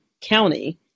county